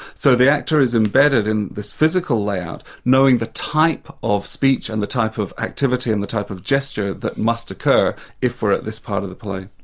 so the actor is embedded in this physical layout, knowing the type of speech and the type of activity and the type of gesture that must occur if we're at this part of the play.